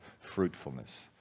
fruitfulness